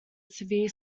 severe